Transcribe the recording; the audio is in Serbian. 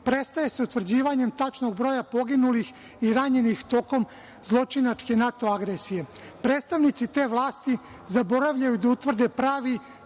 prestaje sa utvrđivanjem tačnog broja poginulih i ranjenih tokom zločinačke NATO agresije. Predstavnici te vlasti zaboravljaju da utvrde pravi